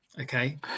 okay